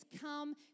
come